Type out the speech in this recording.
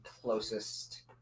closest